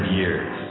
years